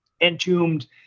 entombed